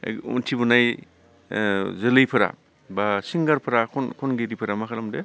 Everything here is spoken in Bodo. उथिबोनाय इयुन जोलैफोरा बा सिंगारफोरा खनगिरिफोरा मा खालामदों